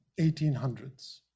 1800s